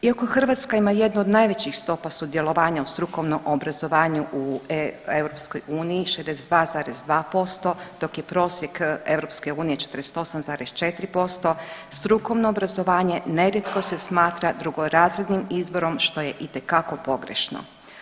Iako Hrvatska ima jednu od najvećih stopa sudjelovanja u strukovnom obrazovanju u EU 62,2% dok je prosjek EU 48,4% strukovno obrazovanje nerijetko se smatra drugorazrednim izborom što je itekako pogrešno.